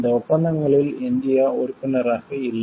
இந்த ஒப்பந்தங்களில் இந்தியா உறுப்பினராக இல்லை